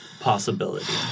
Possibility